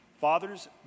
Fathers